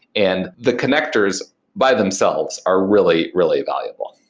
and the connectors by themselves are really, really valuable.